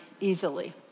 easily